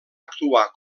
actuar